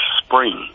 spring